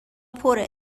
پره